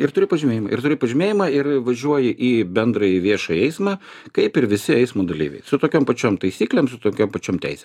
ir turi pažymėjimą ir turi pažymėjimą ir važiuoji į bendrąjį viešąjį eismą kaip ir visi eismo dalyviai su tokiom pačiom taisyklėm su tokiom pačiom teisėm